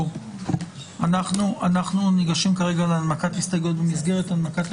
אנחנו ניגשים להנמקת הסתייגויות ובמסגרת הנמקתה